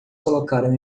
colocaram